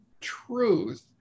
truth